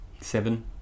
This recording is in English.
Seven